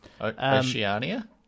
Oceania